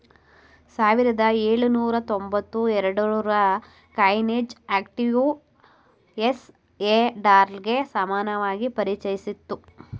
ಸಾವಿರದ ಎಳುನೂರ ತೊಂಬತ್ತ ಎರಡುರ ಕಾಯಿನೇಜ್ ಆಕ್ಟ್ ಯು.ಎಸ್.ಎ ಡಾಲರ್ಗೆ ಸಮಾನವಾಗಿ ಪರಿಚಯಿಸಿತ್ತು